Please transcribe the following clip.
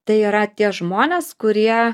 tai yra tie žmonės kurie